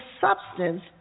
substance